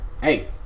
Hey